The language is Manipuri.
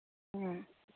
ꯎꯝ